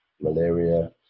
malaria